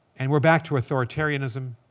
and we're back to authoritarianism.